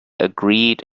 agreed